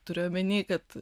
turiu omeny kad